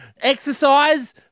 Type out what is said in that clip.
exercise